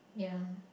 yeah